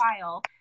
file